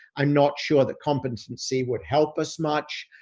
i'm not sure that competency would help us much.